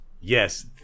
Yes